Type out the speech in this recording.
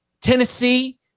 Tennessee